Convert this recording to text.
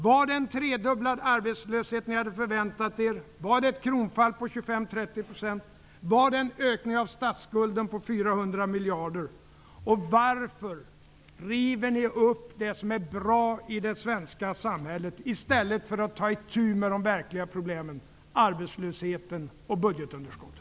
Var det en tredubblad arbetslöshet ni hade förväntat er, var det ett kronfall på 25--30 %, och var det en ökning av statsskulden på 400 miljarder? Varför river ni upp det som är bra i det svenska samhället i stället för att ta itu med de verkliga problemen -- arbetslösheten och budgetunderskottet?